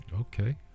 Okay